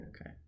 Okay